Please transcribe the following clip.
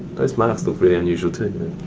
those marks look pretty unusual, too.